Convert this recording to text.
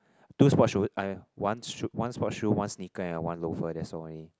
two sport shoot I one shoot one sport shoe one sneaker and one loafer that's all only